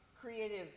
creative